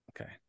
Okay